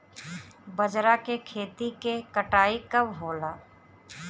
बजरा के खेती के कटाई कब होला?